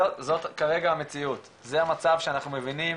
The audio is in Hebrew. זאת כרגע המציאות, זה המצב שאנחנו מבינים